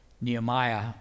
Nehemiah